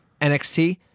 NXT